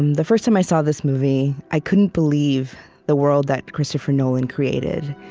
um the first time i saw this movie, i couldn't believe the world that christopher nolan created.